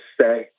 stay